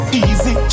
easy